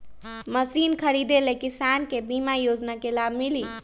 Machine खरीदे ले किसान के बीमा योजना के लाभ मिली?